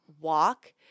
walk